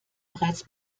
bereits